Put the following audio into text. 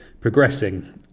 progressing